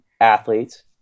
athletes